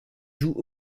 joue